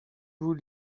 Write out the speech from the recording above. vous